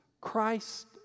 Christ